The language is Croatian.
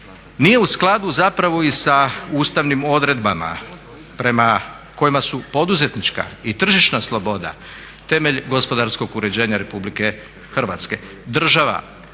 nije u skladu zapravo i sa ustavnim odredbama prema kojima su poduzetnička i tržišna sloboda temelj gospodarskog uređenja RH. Država